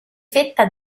fetta